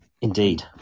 Indeed